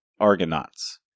Argonauts